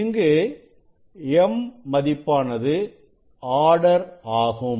இங்கு m மதிப்பானது order ஆகும்